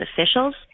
officials